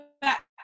back